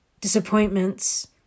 Disappointments